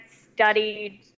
studied